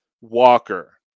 Walker